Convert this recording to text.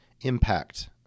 impact